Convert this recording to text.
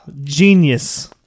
Genius